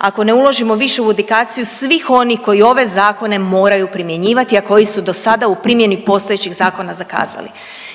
ako ne uložimo više u edukaciju svih onih koji ove zakone moraju primjenjivati, a koji su dosada u primjeni postojećih zakona zakazali.